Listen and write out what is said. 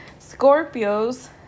Scorpios